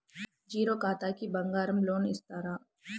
Zero ఖాతాకి బంగారం loan ఇస్తారా?